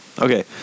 Okay